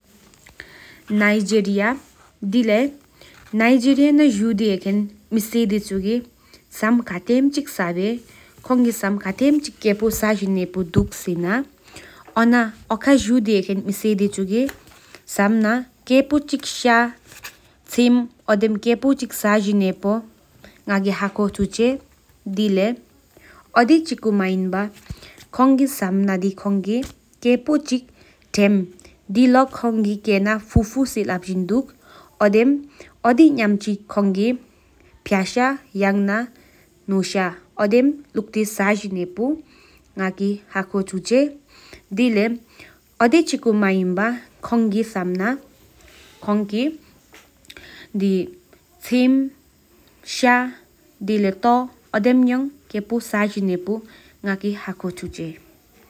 ནེ་ཇི་རི་ཡ་དེ་ལེ་ནེ་ཇི་རི་ཡ་ན་ཟུ་ཁེན་མེ་དེཁུ་གེ་སམ་ཁ་ཚེམ་ཆི་ཤེན་ཧེ་པོ་དུ་ཤེན་ཨོ་ཁག་མིས་དེཅ་གི་སམ་མན་དགོད་ད་དེ་ས་ཇིན་ཧེ་པོ་དུ། ཁན་ཁན་ཨིན་སེ་ན་ཞ་འཇིམ་འོ་དེམ་དགོད་ད་སའི་ཇིན་ཧེ་པོ་ང་གི་ཧ་དགོ་ཆུ་ཆེད་དེ་ལེའུ་པའོ་ཅིན་རེ་མན་བ་ཧོན་གི་སམ་ན་ཧ་སུ་ཧ་ལེན་སམ་ཨོ་དེམ་ཡ་ས་ཇིན་ཧེ་པོ་དུ། ཁོན་གི་སམ་ཐམ་དེ་ཞ་ཉང་ཆི་ས་ཇིན་ཧེ་པོ་ང་གི་ཧ་དགོ་ཅིན་རིན། དེ་ལེའུ་པའོ་ཅིན་རེ་མན་བ་ཧོན་གི་སམ་ན་དྷོ་ཐ་ཐོ་པ་ཨོ་དེམ་ཡ་ས་བེེ།